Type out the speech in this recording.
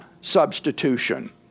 substitution